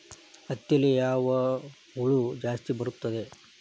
ಹತ್ತಿಯಲ್ಲಿ ಯಾವ ಹುಳ ಜಾಸ್ತಿ ಬರುತ್ತದೆ?